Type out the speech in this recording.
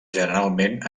generalment